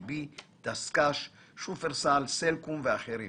די, בי, דסק"ש, שופרסל, סלקום ואחרים